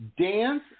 dance